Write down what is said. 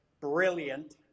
brilliant